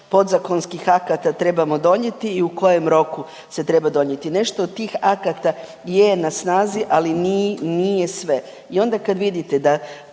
podzakonskih akata trebamo donijeti i u kojem roku se treba donijeti. Nešto od tih akata je na snazi ali nije sve. I onda kad vidite da